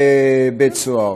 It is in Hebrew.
בבית-הסוהר.